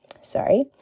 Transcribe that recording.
sorry